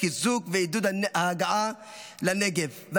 לחיזוק ועידוד ההגעה לנגב.